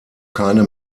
keine